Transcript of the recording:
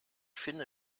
finde